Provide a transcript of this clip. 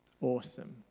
Awesome